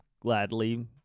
gladly